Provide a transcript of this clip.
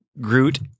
Groot